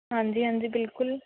ਹਾਂਜੀ ਹਾਂਜੀ ਬਿਲਕੁਲ